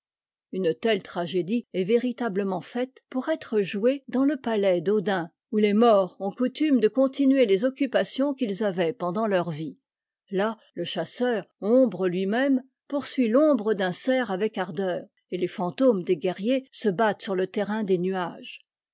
une telle tragédie est véritablement faite pour être jouée dans le palais d'odin où les morts ont coutume de continuer les occupations qu'ils avaient pendant leur vie là le chasseur ombre lui-même poursuit l'ombre d'un cerf avec ardeur et les fantômes des guerriers se battent sur le terrain des nuages